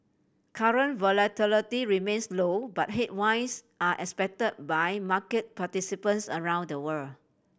current volatility remains low but headwinds are expect by market participants around the world